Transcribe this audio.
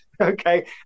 okay